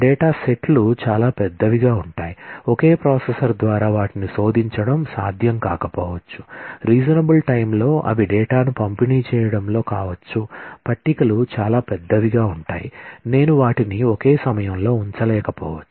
data సెట్లు చాలా పెద్దవిగా ఉంటాయి ఒకే ప్రాసెసర్ ద్వారా వాటిని శోధించడం సాధ్యం కాకపోవచ్చు రీసన్బల్ టైం లో అవి డేటాను పంపిణీ చేయడం లో కావచ్చు పట్టికలు చాలా పెద్దవిగా ఉంటాయి నేను వాటిని ఒకే సమయంలో ఉంచలేకపోవచ్చు